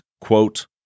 quote